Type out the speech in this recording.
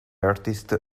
artist